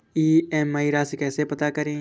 EMI राशि कैसे पता करें?